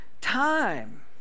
time